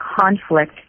conflict